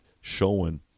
showing